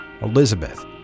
Elizabeth